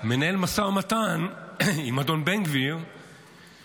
מנהל משא ומתן עם אדון בן גביר שיהיה